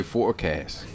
Forecast